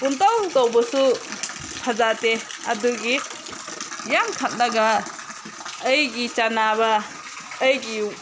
ꯄꯨꯡꯇꯧ ꯇꯧꯕꯁꯨ ꯐꯖꯗꯦ ꯑꯗꯨꯒꯤ ꯌꯥꯝ ꯈꯜꯂꯒ ꯑꯩꯒꯤ ꯆꯥꯟꯅꯕ ꯑꯩꯒꯤ